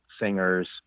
singers